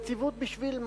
ויציבות, בשביל מה?